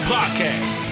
Podcast